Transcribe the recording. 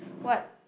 what